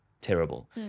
terrible